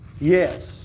Yes